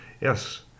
Yes